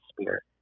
spirit